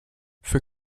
für